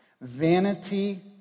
vanity